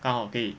刚好可以